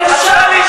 זה בושה.